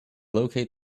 locate